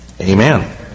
amen